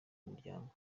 muryango